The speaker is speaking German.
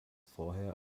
vorher